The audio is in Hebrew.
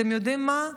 אתם יודעים מה?